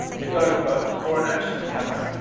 the gopro, or an action camera,